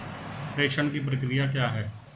प्रेषण की प्रक्रिया क्या है?